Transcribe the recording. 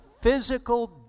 physical